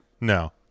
No